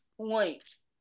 points